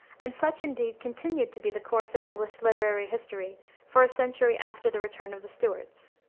and such, indeed, continued to be the course of english literary history for a century after the return of the stuarts.